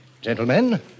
Gentlemen